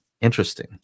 interesting